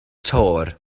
töwr